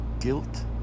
guilt